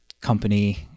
company